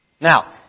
Now